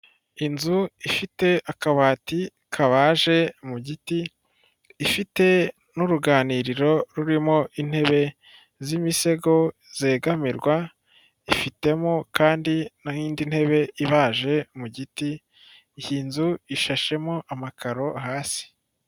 Inzu ifite akabati kabaje mu giti, ifite n'uruganiriro rurimo intebe z'imisego zegamirwa, ifitemo kandi n'indi ntebe ibaje mu giti, iyi nzu ishashemo amakaro hasi.